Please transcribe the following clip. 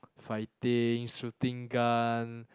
fighting shooting gun